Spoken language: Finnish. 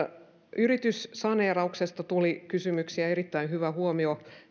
yrityssaneerauksesta tuli kysymyksiä erittäin hyvä huomio